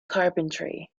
carpentry